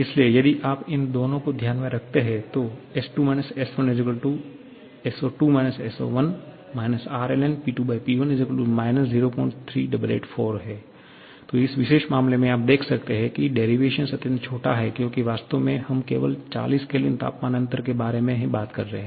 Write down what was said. इसलिए यदि आप इन दोनों को ध्यान में रखते हैं तो S2 S1 S02 S01 R ln P2P1 −03884 तो इस विशेष मामले में आप देख सकते हैं कि डेरिवेशन अत्यंत छोटा है क्योंकि वास्तव में हम केवल 40 K तापमान अंतर के बारे में बात कर रहे हैं